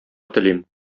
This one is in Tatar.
телим